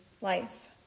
life